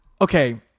okay